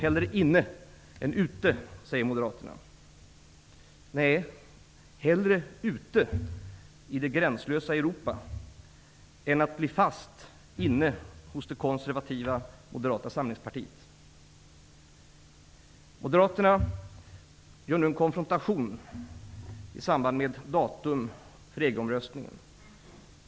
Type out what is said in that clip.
Hellre inne än ute, säger Europa än att bli fast inne hos det konservativa Moderaterna gör nu en konfrontation i samband med datumet för EG-omröstningen.